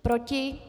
Proti?